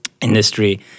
industry